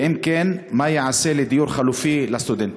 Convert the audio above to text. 2. אם כן, מה ייעשה למציאת דיור חלופי לסטודנטים?